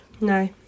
No